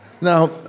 Now